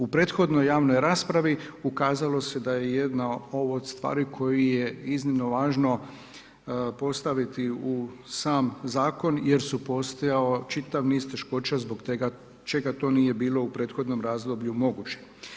U prethodnoj javnoj raspravi ukazalo se da je jedna ovo od stvari koju je iznimno važno postaviti u sam zakon, jer je postojao čitav niz teškoća zbog čega to nije bilo u prethodnom razdoblju moguće.